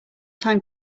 time